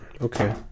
Okay